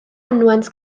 mynwent